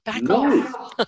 no